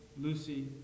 Lucy